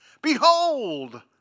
Behold